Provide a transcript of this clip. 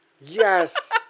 Yes